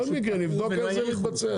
אני אומר לחברי הכנסת.